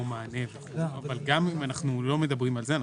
מענה אבל גם אם אנחנו לא מדברים על זה,